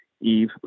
Eve